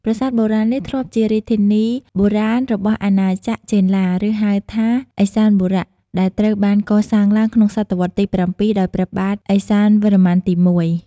ប្រាសាទបុរាណនេះធ្លាប់ជារាជធានីបុរាណរបស់អាណាចក្រចេនឡា ឬហៅថា ឥសានបុរៈ ដែលត្រូវបានកសាងឡើងក្នុងសតវត្សរ៍ទី៧ ដោយព្រះបាទឥសានវរ្ម័នទី១។